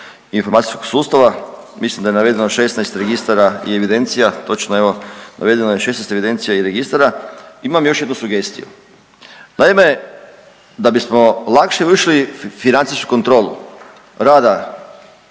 informacijskog sustava, mislim da je navedeno 16 registara i evidencija, točno evo navedeno je 16 evidencija i registara. Imam još jednu sugestiju, naime da bismo lakše vršili financijsku kontrolu rada